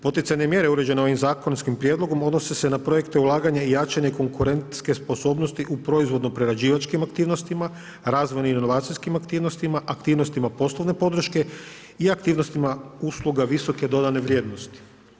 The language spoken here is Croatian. Poticajne mjere uređene ovim zakonskim prijedlogom odnose se na projekte ulaganja i jačanje konkurentske sposobnosti u proizvodno prerađivačkim aktivnostima, razvojnim inovacijskim aktivnostima, aktivnostima poslovne podrške i aktivnostima usluga visoke dodane vrijednosti.